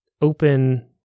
open